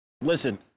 listen